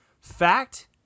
fact